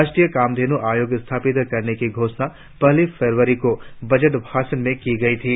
राष्ट्रीय कामधेन् आयोग स्थापित करने की घोषणा पहली फरवरी को बजट भाषण में की गई थी